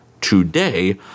today